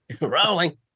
rolling